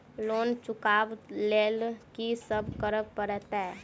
Loan चुका ब लैल की सब करऽ पड़तै?